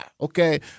okay